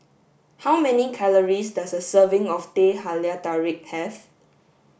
how many calories does a serving of Teh Halia Tarik have